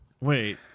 Wait